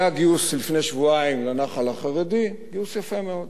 היה גיוס לפני שבועיים לנחל החרדי, גיוס יפה מאוד,